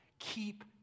keep